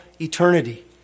eternity